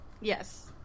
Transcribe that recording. Yes